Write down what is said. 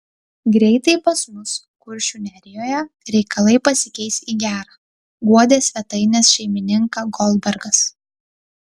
greitai pas mus kuršių nerijoje reikalai pasikeis į gera guodė svetainės šeimininką goldbergas